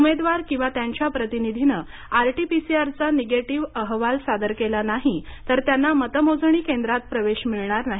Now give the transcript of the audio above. उमेदवार किंवा त्याच्या प्रतिनिधीनं आरटीपीसीआरचा निगेटिव्ह अलावाल सादर केला नाही तर त्यांना मतमोजणी केंद्रात प्रवेश मिळणार नाही